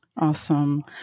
Awesome